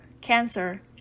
cancer